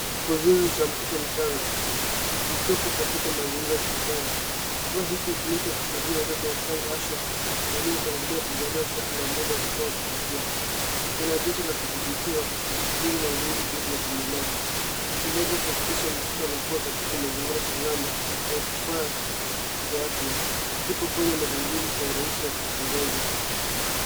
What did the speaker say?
Kikwazo cha mkoba wa mtoto mchanga kilichopo kwenye wodi ya hospitali hutumika kusaidia watoto wachanga hasa wanaozaliwa kabla ya muda. Kina joto na vifaa vya ufuatiliaji ili kuhakikisha malezi salama na afya bora. Kimewekwa kwenye magurudumu kwa urahisi wa kusongesha.